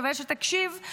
שווה שתקשיב,